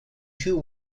two